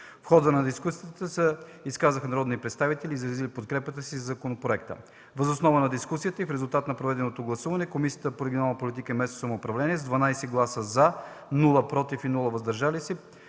В хода на дискусията се изказаха народни представители и изразиха подкрепата си за законопроекта. Въз основа на дискусията и в резултат на проведеното гласуване, Комисията по регионална политика и местно самоуправление с 12 гласа „за”, без „против” и „въздържали се”